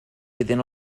within